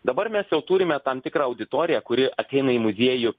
dabar mes jau turime tam tikrą auditoriją kuri ateina į muziejų